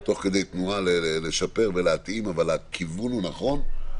לשפר ולהתאים תוך כדי תנועה, אבל הכיוון נכון.